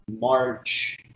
March